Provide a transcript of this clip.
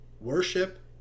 worship